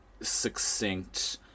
succinct